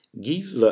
Give